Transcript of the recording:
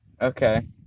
Okay